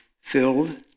filled